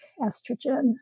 estrogen